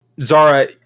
Zara